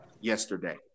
yesterday